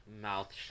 mouth